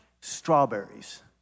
strawberries